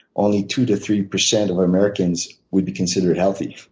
only two to three percent of americans would be considered healthy.